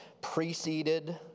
preceded